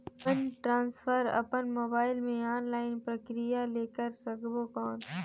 Fund transfer अपन mobile मे online प्रक्रिया ले कर सकबो कौन?